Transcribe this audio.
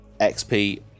XP